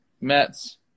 Mets